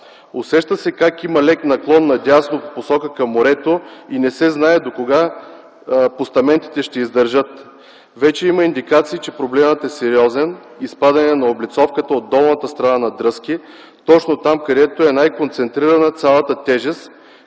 Усеща се как има лек наклон надясно по посока към морето и не се знае докога постаментите ще издържат. Вече има индикации, че проблемът е сериозен – изпадане на облицовката от долната страна на „Дръзки”, точно там, където е най-концентрирана цялата тежест,